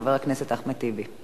חבר הכנסת אחמד טיבי.